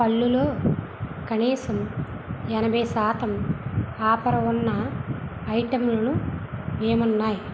పళ్ళులో కనీసం ఎనభై శాతం ఆఫరు ఉన్న ఐటెంలు ఏమున్నాయి